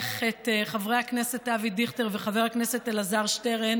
לברך את חבר הכנסת אבי דיכטר ואת חבר הכנסת אלעזר שטרן